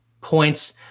points